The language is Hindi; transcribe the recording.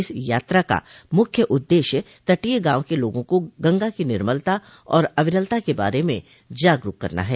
इस यात्रा का मुख्य उद्देश्य तटीय गांव के लोगों को गंगा की निर्मलता और अविरलता के बारे में जागरूक करना है